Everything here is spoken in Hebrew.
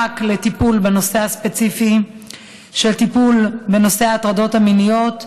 לטיפול בנושא הספציפי של ההטרדות המיניות,